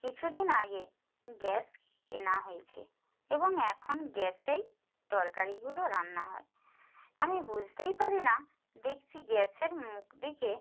কিছু দিন আগে গ্যাস কেনা হয়েছে এবং এখন গ্যাসেই তরকারিগুলো রান্না হয় আমি বুঝতেই পারি না দেখছি গ্যাসের মুখ দিকে